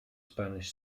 spanish